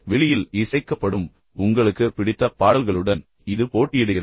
வெளியில் இசைக்கப்படும் உங்களுக்கு பிடித்த பாடல்களுடன் இது போட்டியிடுகிறது